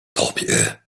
tobie